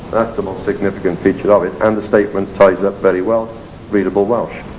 that's the most significant feature of it and the statement ties up very well readable welsh.